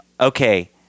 okay